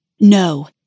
No